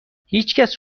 هیچکس